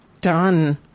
done